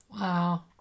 wow